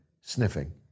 sniffing